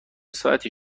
ساعتی